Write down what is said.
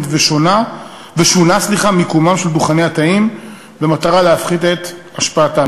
ושונה מקומם של דוכני התאים במטרה להפחית את השפעתם",